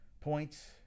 points